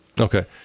Okay